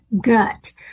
gut